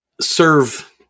serve